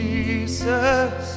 Jesus